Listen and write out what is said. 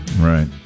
Right